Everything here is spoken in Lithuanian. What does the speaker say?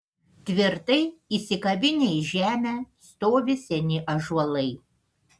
tvirtai įsikabinę į žemę stovi seni ąžuolai